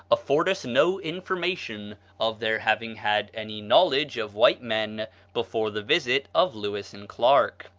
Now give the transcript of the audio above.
afford us no information of their having had any knowledge of white men before the visit of lewis and clarke,